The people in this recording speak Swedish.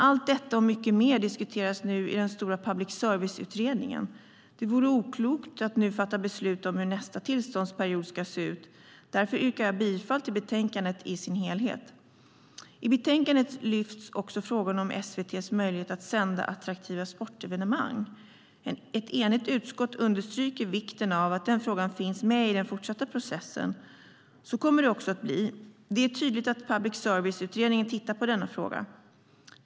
Allt detta och mycket mer diskuteras nu i den stora Public service-utredningen. Det vore oklokt att nu fatta beslut om hur nästa tillståndsperiod ska se ut. Därför yrkar jag bifall till förslaget i betänkandet i sin helhet. I betänkandet lyfts också frågan om SVT:s möjlighet att sända attraktiva sportevenemang. Ett enigt utskott understryker vikten av att den frågan finns med i den fortsatta processen. Så kommer det också att bli. Det är tydigt att Public service-utredningen tittar på denna fråga.